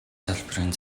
салбарын